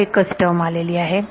केवळ एकच टर्म झालेली आहे